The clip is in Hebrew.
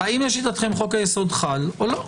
האם לשיטתכם חוק-היסוד חל או לא?